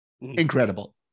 incredible